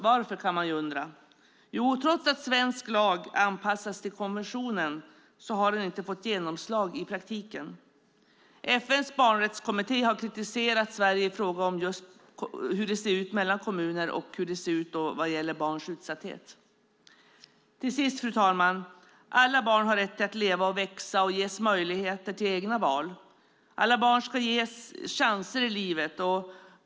Varför? kan man undra. Jo, därför att trots att svensk lag anpassats till konventionen har den inte fått genomslag i praktiken. FN:s barnrättskommitté har kritiserat Sverige i fråga om just hur det ser ut i olika kommuner vad gäller barns utsatthet. Till sist, fru talman: Alla barn har rätt att leva, växa och ges möjligheter till egna val. Alla barn ska ges chanser i livet.